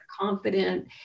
confident